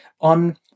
on